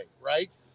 right